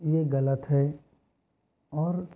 ये गलत है और